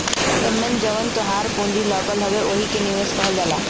एम्मे जवन तोहार पूँजी लगल हउवे वही के निवेश कहल जाला